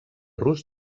rus